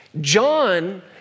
John